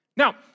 Now